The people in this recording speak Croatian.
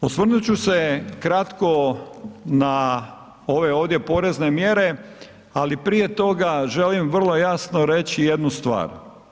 E sada, osvrnut ću se kratko na ove ovdje porezne mjere, ali prije toga želim vrlo jasno reći jednu stvar.